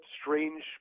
strange